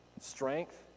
strength